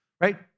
right